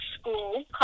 school